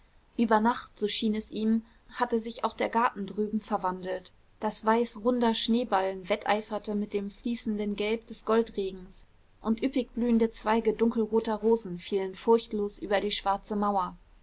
über nacht so schien es ihm hatte sich auch der garten drüben verwandelt das weiß runder schneeballen wetteiferte mit dem fließenden gelb des goldregens und üppig blühende zweige dunkelroter rosen fielen furchtlos über die schwarze mauer